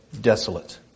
desolate